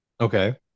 Okay